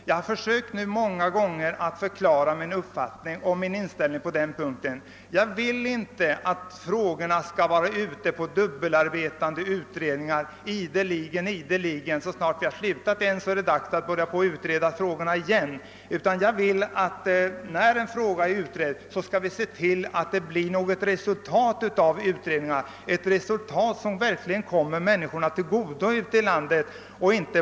Jag har många gånger försökt förklara min inställning på den punkten: jag vill inte att frågor skall behandlas av dubbelarbetande utredningar ideligen — så snart en fråga har utretts är det dags att utreda den igen. När en fråga väl är utredd skall vi se till att det blir ett resultat av den som kommer människorna i landet till godo.